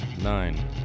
Nine